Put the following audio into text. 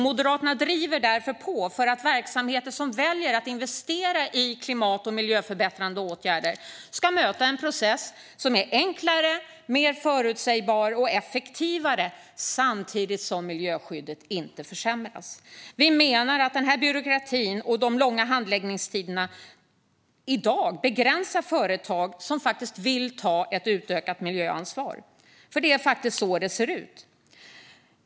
Moderaterna driver därför på för att verksamheter som väljer att investera i klimat och miljöförbättrande åtgärder ska möta en process som är enklare, mer förutsägbar och effektivare samtidigt som miljöskyddet inte försämras. Vi menar att byråkratin och de långa handläggningstiderna i dag begränsar företag som vill ta ett utökat miljöansvar. Det är faktiskt så det ser ut.